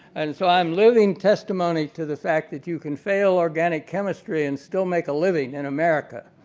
and so i am living testimony to the fact that you can fail organic chemistry and still make a living in america.